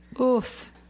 Oof